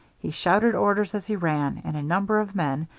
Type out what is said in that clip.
he shouted orders as he ran, and a number of men,